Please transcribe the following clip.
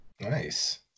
Nice